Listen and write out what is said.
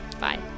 Bye